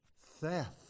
theft